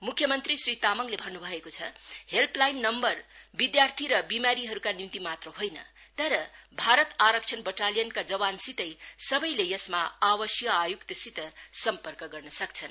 म्ख्यमन श्री तामाङले भन्न् भएको छ हेल्पलाइन नम्बर विद्यार्थी र विमारीहरूका निम्ति मात्र होइन तर भारत आरक्षण बटालियनका जवानसितै सबैले यसमा आवासीय आयुक्तसित सम्पर्क गर्न सक्छन्